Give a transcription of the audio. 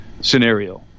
scenario